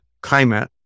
climate